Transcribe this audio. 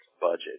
budget